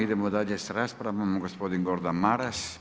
Idemo dalje sa raspravama, gospodin Gordan Maras.